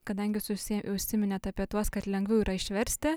kadangi susi užsiminėt apie tuos kad lengviau yra išversti